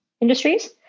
industries